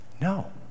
No